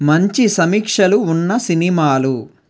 మంచి సమీక్షలు ఉన్న సినిమాలు